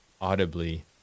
audibly